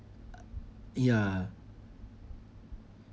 ya